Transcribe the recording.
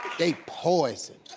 they poison.